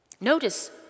Notice